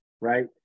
right